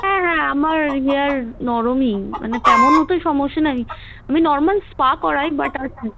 হ্যাঁ হ্যাঁ আমার হেয়ার নরমই মানে তেমন হয়তো সমস্যা নাই আমি নর্মাল স্পা করাই বাট আর কি